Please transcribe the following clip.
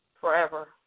forever